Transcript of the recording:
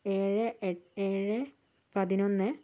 ഏഴ് ഏട്ട പതിനൊന്ന്